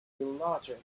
logic